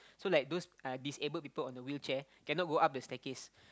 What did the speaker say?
so like those uh disabled people on the wheelchair cannot go up the staircase